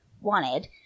wanted